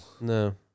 No